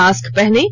mask पहनें